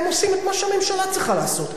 הם עושים את מה שהממשלה צריכה לעשות.